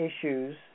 issues